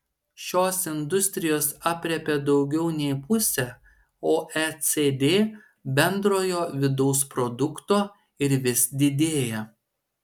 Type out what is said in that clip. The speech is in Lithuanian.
šios industrijos aprėpia daugiau nei pusę oecd bendrojo vidaus produkto ir vis didėja